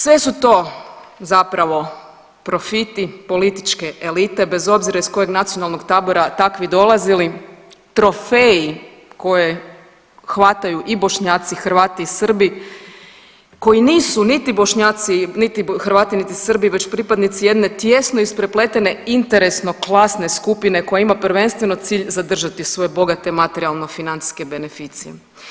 Sve su to zapravo profiti političke elite bez obzira iz kojeg nacionalnog tabora takvi dolazili, trofeji koje hvataju i Bošnjaci, Hrvati i Srbi koji nisu niti Bošnjaci, niti Hrvati, niti Srbi već pripadnici jedne tijesno isprepletene interesno klasne skupine koja ima prvenstveno cilj zadržati svoje bogate materijalno financijske beneficije.